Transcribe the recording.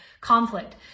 conflict